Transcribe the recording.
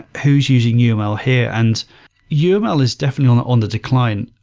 who's using yeah um uml here? and yeah uml is definitely on the on the decline.